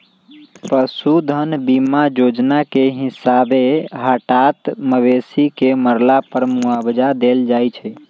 पशु धन बीमा जोजना के हिसाबे हटात मवेशी के मरला पर मुआवजा देल जाइ छइ